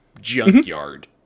junkyard